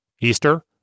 Easter